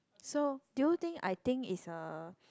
so do you think I think is a